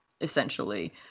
essentially